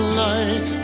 light